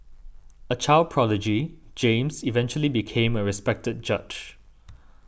a child prodigy James eventually became a respected judge